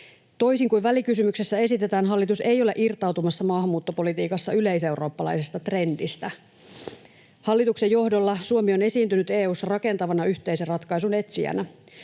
Toisin kuin välikysymyksessä esitetään, hallitus ei ole irtautumassa maahanmuuttopolitiikassa yleiseurooppalaisesta trendistä. Hallituksen johdolla Suomi on esiintynyt EU:ssa rakentavana yhteisen ratkaisun etsijänä.